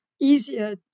easier